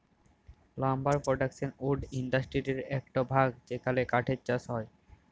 lumber production wood ইন্ডাসটিরির একট ভাগ যেখালে কাঠের চাষ হয়